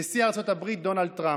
נשיא ארצות הברית דונלד טראמפ,